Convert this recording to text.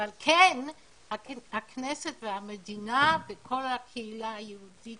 אבל כן הכנסת והמדינה וכל הקהילה היהודית